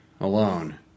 alone